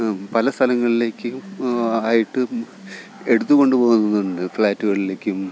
പല സലങ്ങളിലേക്ക് ആയിട്ടും എടുത്തുകൊണ്ട് പോകുന്നതുണ്ട് ഫ്ലാറ്റ്കളിലേക്കും